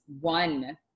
one